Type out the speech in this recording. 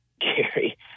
Gary